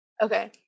Okay